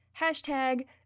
Hashtag